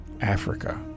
Africa